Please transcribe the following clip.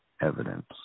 evidence